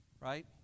right